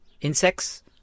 insects